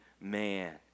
man